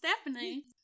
Stephanie